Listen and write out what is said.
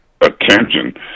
attention